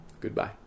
Goodbye